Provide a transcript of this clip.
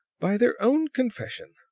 by their own confession,